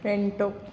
ಎಂಟು